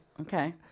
Okay